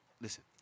Listen